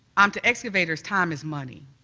um to excavators, time is money,